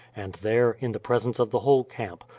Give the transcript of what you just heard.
and there, in the presence of the whole camp,